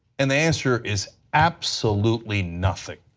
and the answer is absolutely nothing.